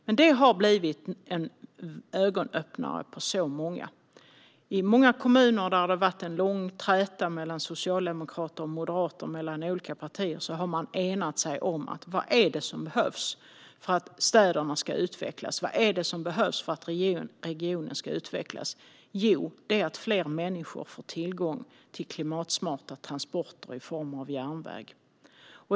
Men det har blivit en ögonöppnare för många. I många kommuner där man haft en lång träta mellan socialdemokrater och moderater, eller mellan andra partier, har man enats om vad det är som behövs för att städerna ska utvecklas. Vad är det som behövs för att regionen ska utvecklas? Jo, det är att fler människor får tillgång till klimatsmarta transporter i form av järnväg.